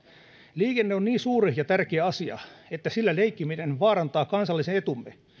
liikenne on niin suuri ja tärkeä asia että sillä leikkiminen vaarantaa kansallisen etumme